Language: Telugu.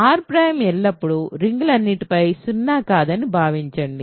R ప్రైమ్ ఎల్లప్పుడూ రింగ్లన్నింటిపై సున్నా కాదని భావించండి